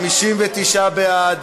59 בעד,